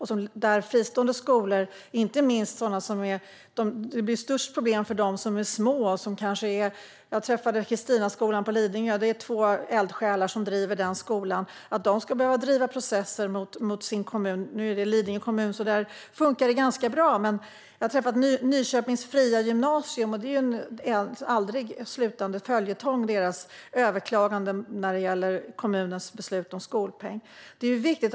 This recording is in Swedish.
Störst problem blir det för små fristående skolor. Jag träffade två eldsjälar som driver Kristinaskolan på Lidingö och som ska behöva driva processer mot sin kommun. Nu är det Lidingö kommun, så där funkar det ganska bra. Men jag har också träffat ledningen för Nyköpings fria gymnasium. Deras överklaganden av kommunens beslut om skolpeng är en ändlös följetong.